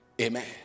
Amen